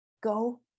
Go